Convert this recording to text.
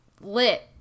lit